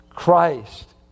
Christ